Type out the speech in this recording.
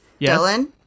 Dylan